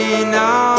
now